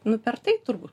nu per tai turbū